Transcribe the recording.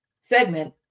segment